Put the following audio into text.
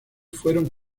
fueron